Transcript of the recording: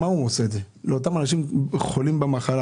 הוא עושה את זה למען אותם אנשים שחולים במחלה